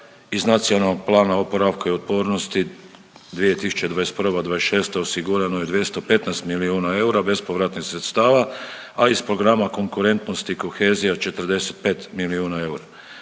260 milijuna eura iz NPOO-a 2021.-'26. osigurano je 215 milijuna eura bespovratnih sredstava, a iz programa Konkurentnost i kohezija 45 milijuna eura.